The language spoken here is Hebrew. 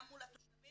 גם מול התושבים,